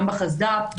גם בחסד"פ,